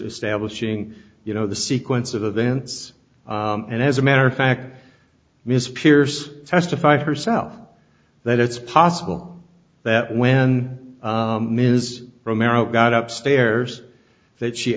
establishing you know the sequence of events and as a matter of fact miss pierce testified herself that it's possible that when ms romero got up stairs that she